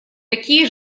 такие